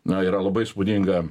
na yra labai įspūdinga